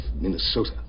Minnesota